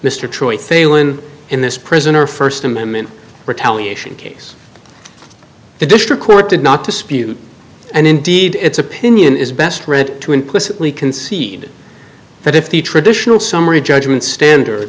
mr troy failon in this prison or first amendment retaliation case the district court did not dispute and indeed its opinion is best read to implicitly concede that if the traditional summary judgment standard